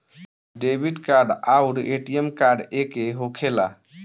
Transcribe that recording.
Debit card आउर ATM card एके होखेला?